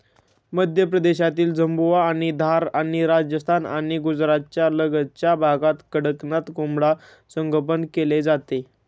मध्य प्रदेशातील झाबुआ आणि धार आणि राजस्थान आणि गुजरातच्या लगतच्या भागात कडकनाथ कोंबडा संगोपन केले जाते